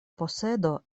posedo